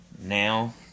Now